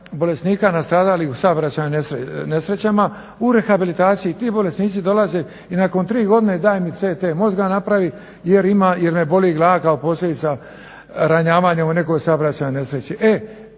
bolesnika nastradalih u saobraćajnim nesrećama, u rehabilitaciji. Ti bolesnici dolaze i nakon tri godine daj mi CT mozga napravi jer me boli glava kao posljedica ranjavanja u nekoj saobraćajnoj nesreći.